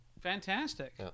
Fantastic